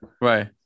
Right